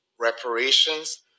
reparations